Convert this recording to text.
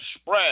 spread